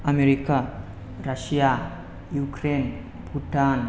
America Russia Ukraine Bhutan